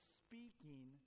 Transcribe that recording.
speaking